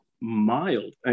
mild